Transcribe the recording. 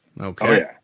Okay